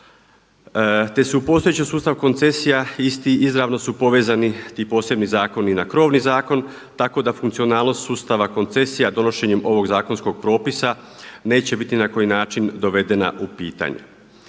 te se u postojeći sustav koncesija isti izravno su povezani ti posebni zakoni na krovni zakon, tako da funkcionalnost sustava koncesija donošenjem ovog zakonskog propisa neće biti ni na koji način dovedena u pitanje.